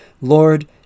Lord